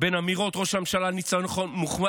בין אמירות ראש הממשלה על ניצחון מוחלט